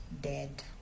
dead